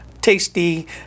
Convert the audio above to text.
tasty